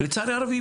לצד הערבי,